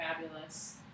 fabulous